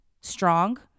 Strong